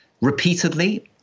repeatedly